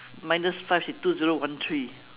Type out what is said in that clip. minus five is two zero one three